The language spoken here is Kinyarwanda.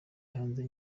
hanze